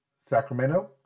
Sacramento